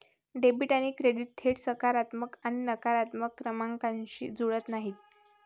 debit आणि credit थेट सकारात्मक आणि नकारात्मक क्रमांकांशी जुळत नाहीत